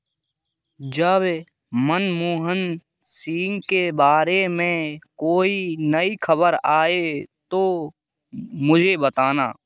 जब मनमोहन सिंह के बारे में कोई नई खबर आए तो मुझे बताना